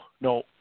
no